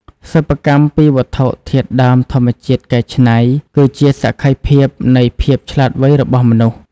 សិប្បកម្មពីវត្ថុធាតុដើមធម្មជាតិកែច្នៃ គឺជាសក្ខីភាពនៃភាពឆ្លាតវៃរបស់មនុស្ស។